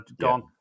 gone